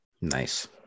Nice